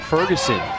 Ferguson